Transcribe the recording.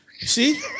See